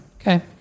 Okay